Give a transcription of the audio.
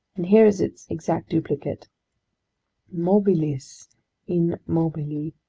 and here is its exact duplicate mobilis in mobili